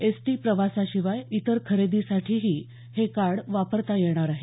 ST प्रवासाशिवाय इतर खरेदीसाठीही हे कार्ड वापरता येणार आहे